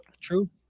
True